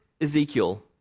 Ezekiel